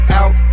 out